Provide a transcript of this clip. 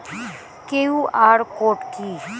QR code কি?